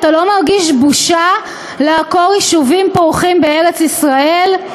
אתה לא מרגיש בושה לעקור יישובים פורחים בארץ-ישראל?',